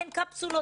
אין קפסולות,